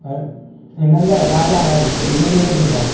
ऐं हिननि जा इलाज आहिनि धीरे धीरे थींदा